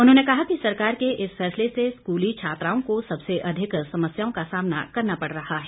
उन्होंने कहा कि सरकार के इस फैसले से स्कूली छात्राओं को सबसे अधिक समस्याओं का सामना करना पड़ रहा है